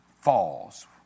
falls